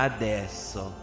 Adesso